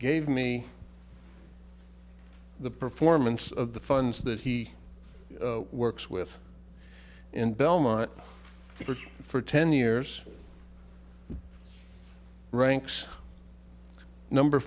gave me the performance of the funds that he works with in belmont for ten years ranks number